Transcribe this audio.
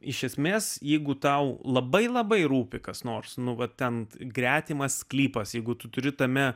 iš esmės jeigu tau labai labai rūpi kas nors nu va ten gretimas sklypas jeigu tu turi tame